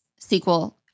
SQL